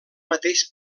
mateix